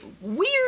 weird